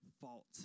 fault